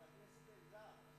חבר הכנסת אלדד,